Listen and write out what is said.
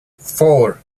four